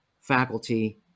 faculty